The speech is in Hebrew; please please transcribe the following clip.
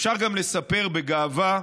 אפשר גם לספר בגאווה,